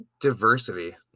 diversity